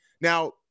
Now